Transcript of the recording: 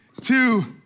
two